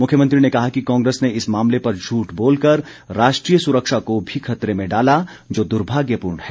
मुख्यमंत्री ने कहा कि कांग्रेस ने इस मामले पर झूठ बोलकर राष्ट्रीय सुरक्षा को भी खतरे में डाला जो दुर्भाग्यपूर्ण है